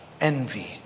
envy